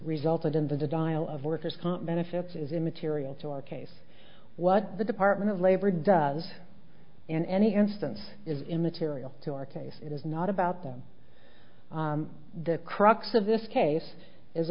resulted in the dial of workers comp benefits is immaterial to our case what the department of labor does in any instance is immaterial to our case it is not about them the crux of this case is